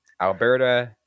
Alberta